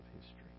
history